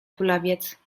kulawiec